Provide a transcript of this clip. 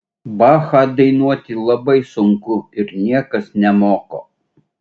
bachą dainuoti labai sunku ir niekas nemoko